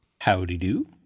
Howdy-do